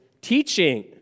teaching